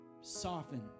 Soften